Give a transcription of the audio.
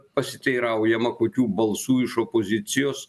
pasiteiraujama kokių balsų iš opozicijos